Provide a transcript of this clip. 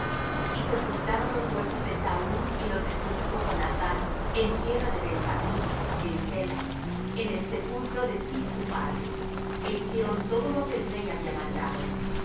y sepultaron los huesos de saúl y los de su hijo jonathán en tierra de benjamín en sela en el sepulcro de cis su padre é hicieron todo lo que el rey había mandado